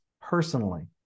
personally